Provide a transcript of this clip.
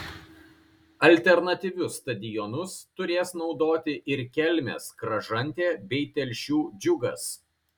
alternatyvius stadionus turės naudoti ir kelmės kražantė bei telšių džiugas